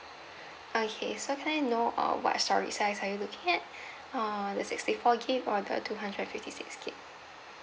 okay so can I know uh what storage size are you looking at err the sixty four gig or the two hundred and fifty six gig